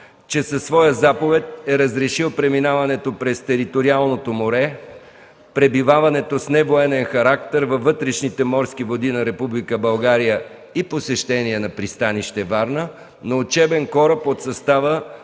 че със своя заповед е разрешил преминаването през териториалното море, пребиваването с невоенен характер във вътрешните морски води на Република България и посещение на пристанище Варна на учебен кораб от състава